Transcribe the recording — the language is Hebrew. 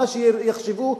מה שיחשבו,